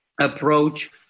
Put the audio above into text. approach